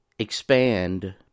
Expand